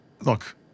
Look